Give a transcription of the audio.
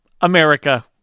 America